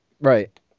Right